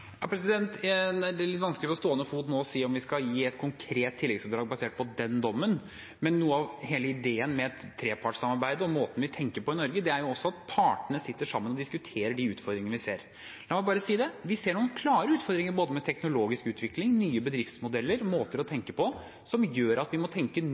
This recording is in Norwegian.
Det er litt vanskelig på stående fot å si om vi skal gi et konkret tilleggsoppdrag basert på den dommen. Men noe av hele ideen med trepartssamarbeidet og måten vi tenker på i Norge, er at partene sitter sammen og diskuterer de utfordringene vi ser. La meg bare si det: Vi ser noen klare utfordringer – med både teknologisk utvikling, nye bedriftsmodeller og måter å tenke på – som gjør at vi må tenke